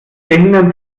behindern